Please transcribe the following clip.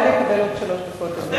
אולי אני אקבל עוד שלוש דקות?